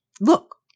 look